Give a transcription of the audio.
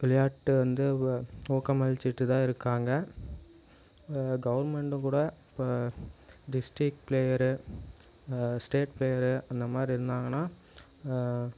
விளையாட்டை வந்து ஒ ஊக்கமளிச்சுட்டு தான் இருக்காங்க கவர்மெண்ட்டு கூட இப்போ டிஸ்டிக் பிளேயரு ஸ்டேட் பிளேயரு அந்த மாதிரி இருந்தாங்கன்னா